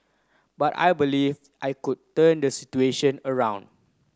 but I believed I could turn the situation around